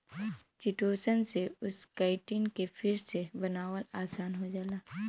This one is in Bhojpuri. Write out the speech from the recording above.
चिटोसन से उस काइटिन के फिर से बनावल आसान हो जाला